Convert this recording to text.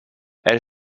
elle